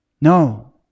No